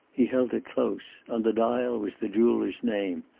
he held it close on the dial was the jeweler's name,